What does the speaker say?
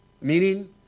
meaning